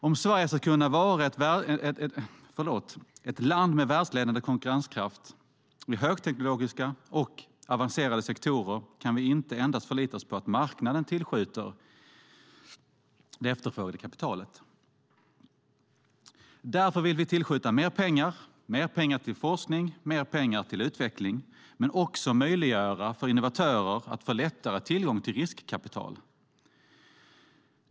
Om Sverige ska kunna vara ett land med världsledande konkurrenskraft i högteknologiska och avancerade sektorer kan man inte endast förlita sig på att marknaden tillskjuter det efterfrågade kapitalet. Därför vill vi tillskjuta mer pengar till forskning och mer pengar till utveckling, men också möjliggöra för innovatörer att lättare få tillgång till riskkapital.